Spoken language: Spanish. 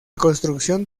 construcción